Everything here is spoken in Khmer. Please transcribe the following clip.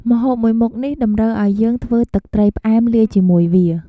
ម្ហូបមួយមុខនេះតម្រូវឲ្យយើងធ្វើទឹកត្រីផ្អែមលាយជាមួយវា។